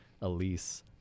elise